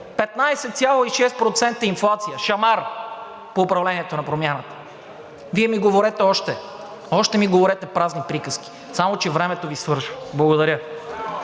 15,6% инфлация, шамар по управлението на Промяната. (Шум и реплики.) Вие ми говорете още, още ми говорете празни приказки, само че времето Ви свършва. Благодаря.